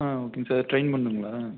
ஆ ஓகேங்க sir train பண்ணுங்களா